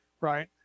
right